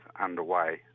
underway